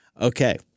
Okay